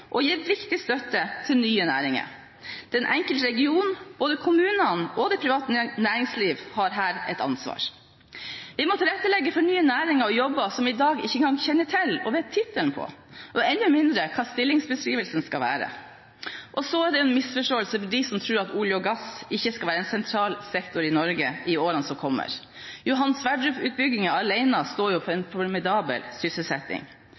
og gi viktig støtte til nye næringer. Den enkelte region, både kommunene og det private næringsliv, har her et ansvar. Vi må tilrettelegge for nye næringer og jobber som vi i dag ikke engang kjenner til og vet tittelen på, og enda mindre hva stillingsbeskrivelsen skal være. Så er det en misforståelse hos dem som tror at olje og gass ikke skal være en sentral sektor i Norge i årene som kommer. Johan Sverdrup-utbyggingen alene står for en formidabel sysselsetting,